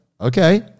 okay